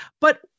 But-